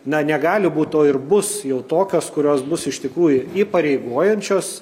na negali būt o ir bus jau tokios kurios bus iš tikrųjų įpareigojančios